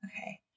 Okay